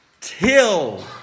till